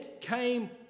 came